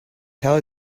tell